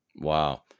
Wow